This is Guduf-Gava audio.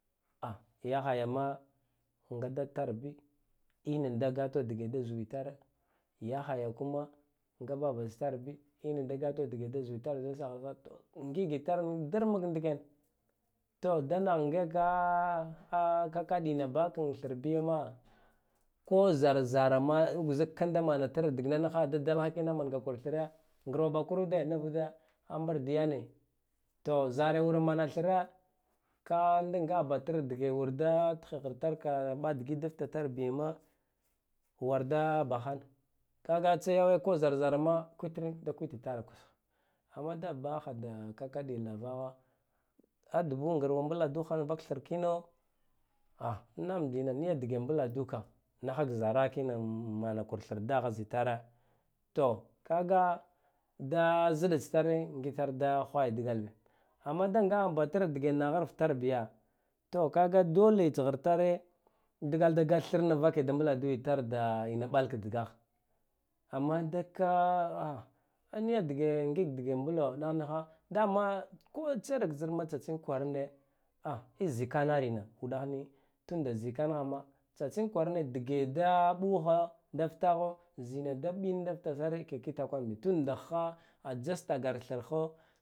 Ah yaghayama nga dattarbi anen da gatuto dge da zuwitare yahaya kuma nga baba tsitarbi enan da gap dge da zuwatur zeyi sagharsar ngigitar dmak ndiken to danagh negah kakadina bakan thbima ko zar zara ma zitakanda manatara dikna nigha dadakha kina mangakur thre ngrwa bakarude nuvude ambrdiyane to zarana mana thre ka dgakha batra dge da wur tghitarka da ɓa digit da ftatarbima warda bahane kaga tsarazaranka kwitnin da kwititare amnma da baha da kakadiya lava a dubu ngrwa mbladuha vak thrkino ah niyam dena nedge mbladuka naghak zarakinam manakur thr dgha zitare to kaga da ziɗa tstare ngitar da ghwaya dgal bi amma da ngakha batara dige na antarbi to kaga dole tshirtare dgal da thrna vake da mbladuitar da enak malak dagagh amma dikka eniya dige ngigdge mblau nagh nikha dama kou tserak zarma tsatsin kwarane ah ei zikanerena kudagh ni tunda zikanah ma tsatsin kwarane dge da ɓugha da fagho zina da ɓin da ftsare ke kitakwan bi tondagha ajas takara thrgho